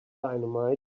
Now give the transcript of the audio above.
dynamite